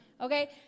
okay